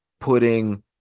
putting